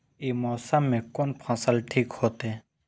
ई मौसम में कोन फसल ठीक होते?